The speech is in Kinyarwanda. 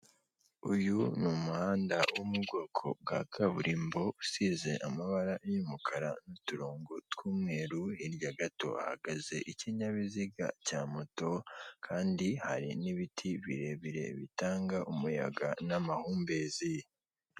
Uyu ni umuhanda wo mu bwoko bwa kaburimbo usize amabara y'umukara n'uturongo tw'umweru, hirya gato hahagaze ikinyabiziga cya moto kandi hari n'ibiti birebire bitanga umuyaga n'amahumbezi.